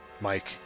mike